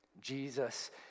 Jesus